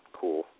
Cool